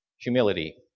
humility